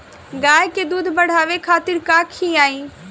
गाय के दूध बढ़ावे खातिर का खियायिं?